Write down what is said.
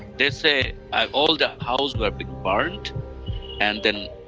they say all of the houses were being burned. and then ah.